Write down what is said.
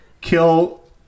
kill